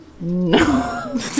No